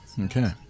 Okay